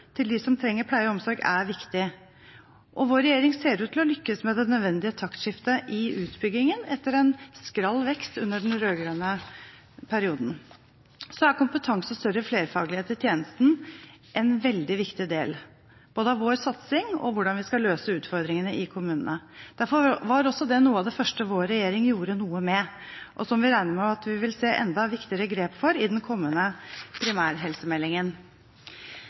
til dem som trenger pleie og omsorg, er viktig, og vår regjering ser ut til å lykkes med det nødvendige taktskiftet i utbyggingen, etter en skral vekst i den rød-grønne perioden. Kompetanse og større flerfaglighet i tjenesten er en veldig viktig del av vår satsing og med tanke på hvordan vi skal løse utfordringene i kommunene. Derfor var også det noe av det første vår regjering gjorde noe med, og som vi regner med å se at det blir tatt enda viktigere grep for i den kommende primærhelsemeldingen.